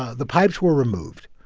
ah the pipes were removed,